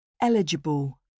Eligible